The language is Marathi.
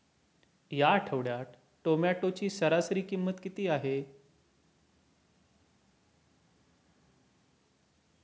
या आठवड्यात टोमॅटोची सरासरी किंमत किती आहे?